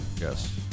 Yes